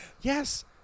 yes